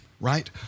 right